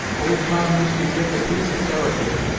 old tom used to give the piece a character,